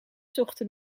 zochten